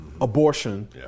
abortion